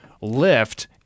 lift